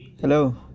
Hello